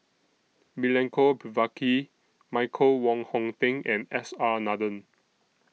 Milenko Prvacki Michael Wong Hong Teng and S R Nathan